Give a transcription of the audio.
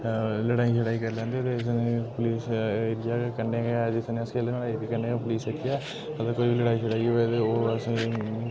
लड़ाई शड़ाई करी लैंदे ते उस दिन एह् पुलिस एह् इ'यै गै कन्नै गै जिसदिन अस खेल्लै ने ते कन्नै गै पुलिस चौकी ऐ मतलब कोई लड़ाई शड़ाई होए ते ओह् असें